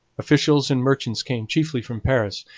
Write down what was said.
officials and merchants came chiefly from paris,